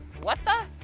what the?